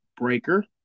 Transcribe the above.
Breaker